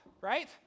right